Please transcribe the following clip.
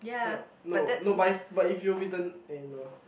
like no no but if but if you are with the eh no